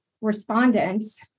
respondents